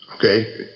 Okay